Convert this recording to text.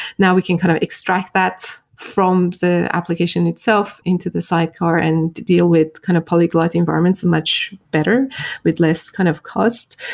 now we can kind of extract that from the application itself into the sidecar and deal with kind of polyglot environments much better with less kind of cost.